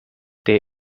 der